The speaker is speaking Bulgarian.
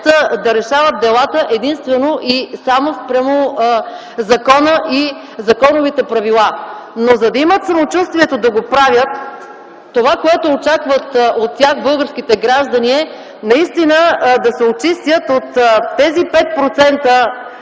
да решават делата единствено и само спрямо закона и законовите правила. За да имат самочувствие да го правят, това, което очакват от тях българските граждани, е наистина да се очистят от тези 5%